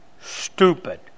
stupid